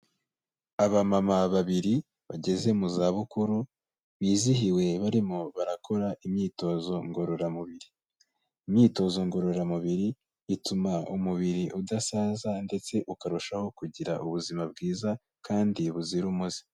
Abamama babiri bageze mu zabukuru, bizihiwe barimo barakora imyitozo ngororamubiri. Imyitozo ngororamubiri ituma umubiri udasaza ndetse ukarushaho kugira ubuzima bwiza kandi buzira umuze.